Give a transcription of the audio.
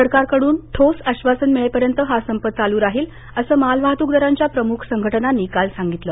सरकारकड्न ठोस आश्वासन मिळेपर्यंत हा संप चालू राहिल असं मालवाहतूकदारांच्या प्रमुख संघटनांनी काल सांगितलं